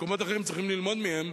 שמקומות אחרים צריכים ללמוד ממנה,